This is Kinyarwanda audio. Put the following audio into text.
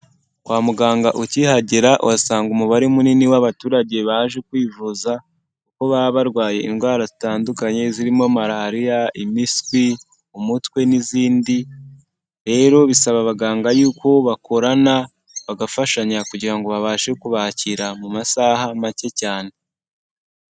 Kwa muganga ukihagera uhasanga umubare munini w'abaturage baje kwivuza kuko baba barwaye indwara zitandukanye zirimo malariya, impiswi ,umutwe n'izindi. Rero bisaba abaganga yuko bakorana, bagafashanya kugira ngo babashe kubakira mu masaha make cyane.